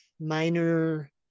minor